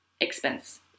expense